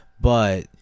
But-